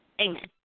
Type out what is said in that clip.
Amen